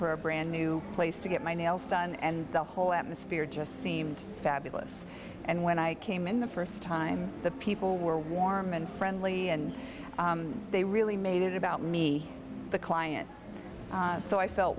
for a brand new place to get my nails done and the whole atmosphere just seemed fabulous and when i came in the first time the people were warm and friendly and they really made about me the client so i felt